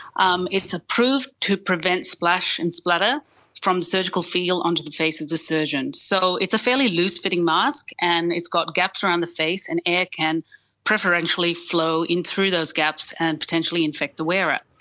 um it's approved to prevent splash and splatter from the surgical field onto the face of the surgeon. so it's a fairly loose-fitting mask and it's got gaps around the face and air can preferentially flow in through those gaps and potentially infected the wearer.